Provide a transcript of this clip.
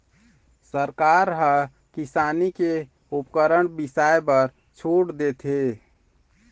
सरकार ह किसानी के उपकरन बिसाए बर छूट देथे